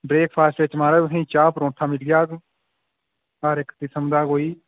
breakfast च माराज तुहेंगी चाऽ परौंठा मिली जाग हर इक किस्म दा कोई